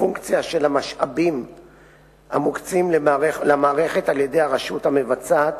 פונקציה של המשאבים המוקצים למערכת על-ידי הרשות המבצעת